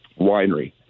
winery